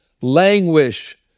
languish